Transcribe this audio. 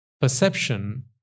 perception